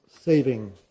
saving